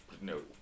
No